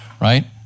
right